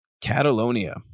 Catalonia